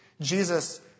Jesus